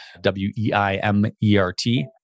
W-E-I-M-E-R-T